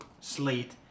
slate